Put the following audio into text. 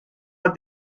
wir